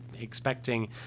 expecting